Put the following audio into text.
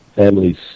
Families